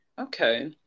okay